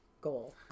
goal